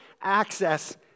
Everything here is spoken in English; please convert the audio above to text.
access